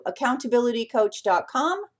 accountabilitycoach.com